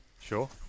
sure